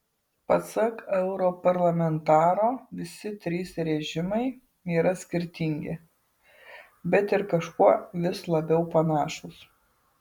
pasak europarlamentaro visi trys režimai yra skirtingi bet ir kažkuo vis labiau panašūs